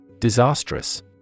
Disastrous